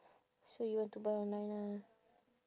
so you want to buy online ah